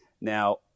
now